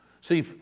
See